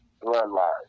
Bloodline